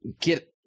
get –